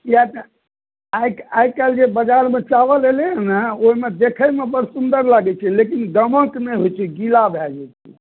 किये तऽ आइ काल्हि जे बाजार मे चावल एलैय ने ओहिमे देखैमे बड्ड सुन्दर लागै छै लेकिन गमक नहि होइ छै गीला भय जाइ छै